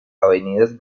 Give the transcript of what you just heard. avenidas